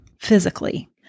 physically